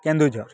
Keonjhar